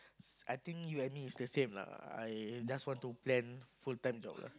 I think you and me is the same lah I just want to plan full time job